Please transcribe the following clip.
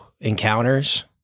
encounters